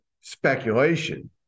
speculation